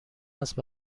است